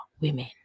women